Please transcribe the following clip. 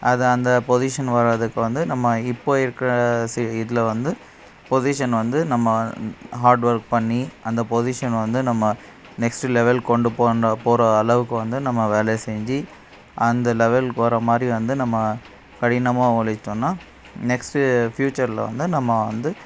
அது அந்த பொசிஷன் வரதுக்கு வந்து நம்ம இப்போது இருக்கிற இதில் வந்து பொசிஷன் வந்து நம்ம ஹார்ட் வொர்க் பண்ணி அந்த பொசிஷன் வந்து நம்ம நெக்ஸ்ட் லெவல் கொண்டு போணுன்ற கொண்டு போகிறளவுக்கு நம்ம வந்து நம்ம வேலை செஞ்சு அந்த லெவலுக்கு வர மாதிரி வந்து நம்ம கடினமாக உழைத்தோம்னா நெக்ஸ்ட் ஃப்யூச்சரில் வந்து நம்ம வந்து